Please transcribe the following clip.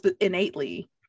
innately